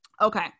Okay